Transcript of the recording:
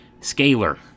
scalar